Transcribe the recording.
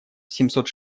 семьсот